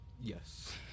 Yes